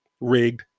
rigged